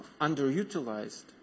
underutilized